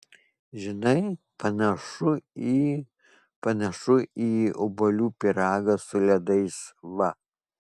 žinai panašu į panašu į obuolių pyragą su ledais va